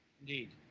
Indeed